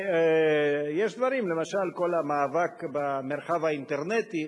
יש דברים, למשל כל המאבק במרחב האינטרנטי,